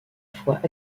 fois